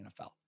NFL